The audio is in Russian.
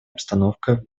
обстановка